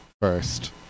first